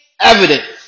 evidence